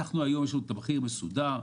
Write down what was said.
יש לנו תמחיר מסודר.